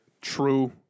True